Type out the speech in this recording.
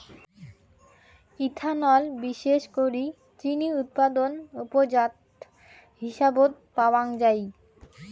ethanol বিশেষ করি চিনি উৎপাদন উপজাত হিসাবত পাওয়াঙ যাই